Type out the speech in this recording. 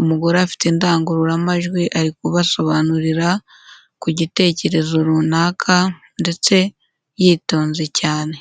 umugore afite indangururamajwi ari kubasobanurira ku gitekerezo runaka ndetse yitonze cyane.